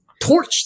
torch